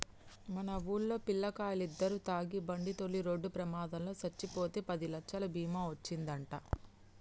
మన వూల్లో పిల్లకాయలిద్దరు తాగి బండితోలి రోడ్డు ప్రమాదంలో సచ్చిపోతే పదిలచ్చలు బీమా ఒచ్చిందంట